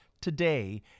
today